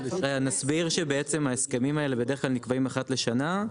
נסביר שבעצם ההסכמים האלה בדרך כלל נקבעים אחת לשנה,